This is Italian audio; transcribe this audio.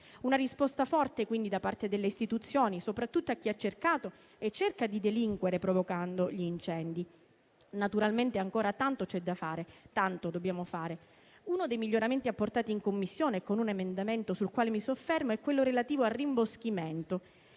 Una risposta forte quindi da parte delle istituzioni, soprattutto a chi ha cercato e cerca di delinquere provocando gli incendi. Naturalmente ancora tanto c'è da fare e tanto dobbiamo fare. Uno dei miglioramenti apportati in Commissione con un emendamento sul quale mi soffermo è quello relativo al rimboschimento.